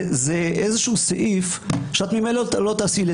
זה איזשהו סעיף שהיא ממילא לא תעשי בו שימוש,